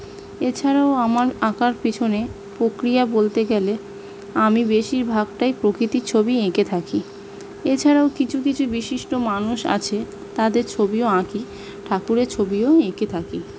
এছাড়াও আমার আঁকার পেছনে প্রক্রিয়া বলতে গেলে আমি বেশিরভাগটাই প্রকৃতির ছবি এঁকে থাকি এছাড়াও কিছু কিছু বিশিষ্ট মানুষ আছে তাঁদের ছবিও আঁকি ঠাকুরের ছবিও এঁকে থাকি